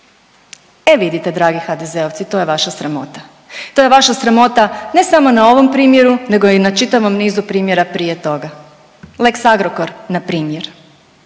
E vidite, dragi HDZ-ovci, to je vaša sramota. To je vaša sramota ne samo na ovom primjeru nego i na čitavom nizu primjera prije toga. Lex Agrokor, npr.